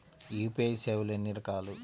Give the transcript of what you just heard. UPI సేవలు ఎన్నిరకాలు?